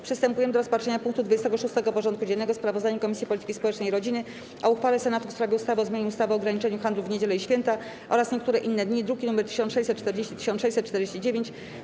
Przystępujemy do rozpatrzenia punktu 26. porządku dziennego: Sprawozdanie Komisji Polityki Społecznej i Rodziny o uchwale Senatu w sprawie ustawy o zmianie ustawy o ograniczeniu handlu w niedziele i święta oraz w niektóre inne dni (druki nr 1640 i 1649)